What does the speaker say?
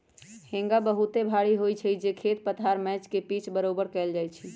हेंगा बहुते भारी होइ छइ जे खेत पथार मैच के पिच बरोबर कएल जाइ छइ